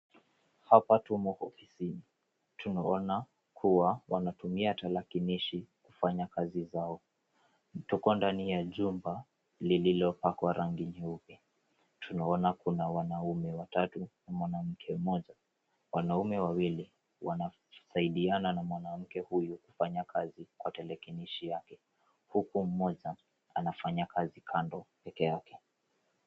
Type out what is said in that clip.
Hapa tumo ofisini. Tunaona kuwa wanatumia tarakilishi kufanya kazi zao. Tuko ndani ya jumba lililopakwa rangi nyeupe. Tunaona kuna wanaume watatu na mwanamke moja. Wanaume wawili wanasaidiana na mwanamke huyu kufanya kazi kwa tarakilishi yake, huku moja anafanya kazi kando pekee yake.